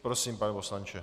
Prosím, pane poslanče.